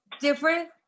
different